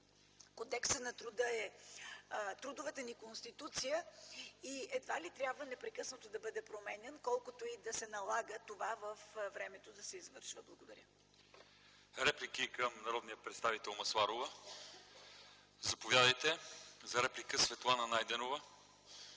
Кодексът на труда е трудовата ни конституция и едва ли трябва непрекъснато да бъде променян, колкото и да се налага това във времето да се извършва. Благодаря. ПРЕДСЕДАТЕЛ ЛЪЧЕЗАР ИВАНОВ: Реплики към народния представител Масларова? Заповядайте за реплика – Светлана Найденова.